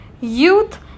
Youth